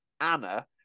Anna